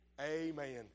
Amen